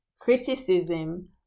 Criticism